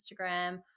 instagram